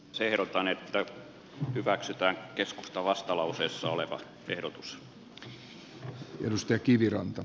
ehdotan että hyväksytään keskustan vastalauseessa oleva ehdotus